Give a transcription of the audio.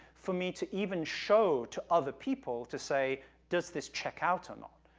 for me to even show to other people, to say does this check out or not,